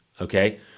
okay